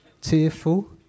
tearful